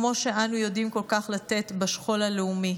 כמו שאנו יודעים כל כך לתת בשכול הלאומי.